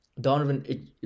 Donovan